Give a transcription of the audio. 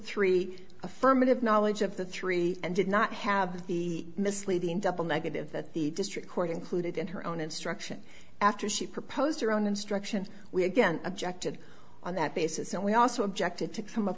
three affirmative knowledge of the three and did not have the misleading double negative that the district court included in her own instruction after she proposed her own instruction we again objected on that basis and we also objected to come up